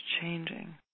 changing